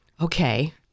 Okay